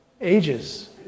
ages